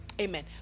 amen